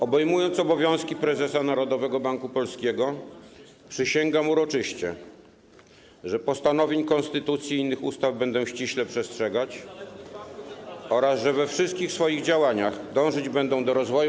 Obejmując obowiązki Prezesa Narodowego Banku Polskiego, przysięgam uroczyście, że postanowień Konstytucji i innych ustaw będę ściśle przestrzegać oraz że we wszystkich swoich działaniach dążyć będę do rozwoju